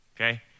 okay